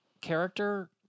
character